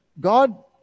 God